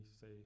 say